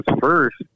first